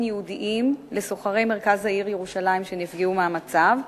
ייעודיים לסוחרי מרכז העיר ירושלים שנפגעו מהמצב,